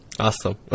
Awesome